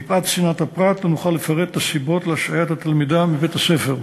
מפאת צנעת הפרט לא נוכל לפרט את הסיבות להשעיית התלמידה מבית-הספר.